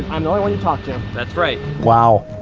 i'm the only one you talked to. that's right. wow.